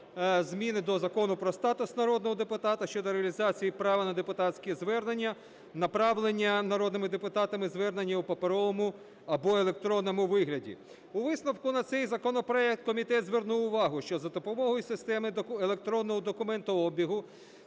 зміни до Закону про статус народного депутата щодо реалізації права на депутатські звернення, направлення народними депутатами звернень у паперовому або електронному вигляді. У висновку на цей законопроект комітет звернув увагу, що за допомогою системи електронного документообігу,